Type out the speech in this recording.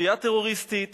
כנופיה טרוריסטית